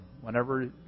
whenever